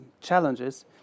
challenges